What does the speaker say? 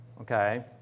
Okay